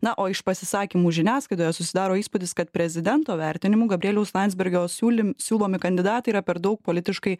na o iš pasisakymų žiniasklaidoje susidaro įspūdis kad prezidento vertinimu gabrieliaus landsbergio siūlym siūlomi kandidatai yra per daug politiškai